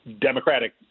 Democratic